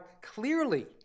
clearly